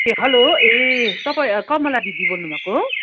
ए hello ए तपाईँ कमला दिदी बोल्नु भएको हो